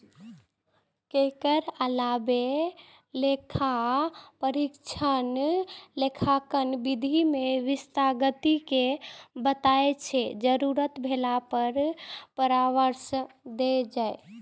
एकर अलावे लेखा परीक्षक लेखांकन विधि मे विसंगति कें बताबै छै, जरूरत भेला पर परामर्श दै छै